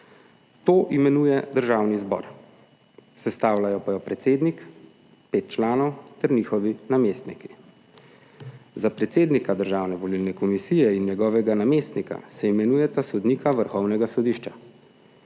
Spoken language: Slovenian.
To imenuje državni zbor. Sestavljajo pa jo predsednik, pet članov ter njihovi namestniki. Za predsednika državne volilne komisije in njegovega namestnika se imenujeta sodnika Vrhovnega sodišča,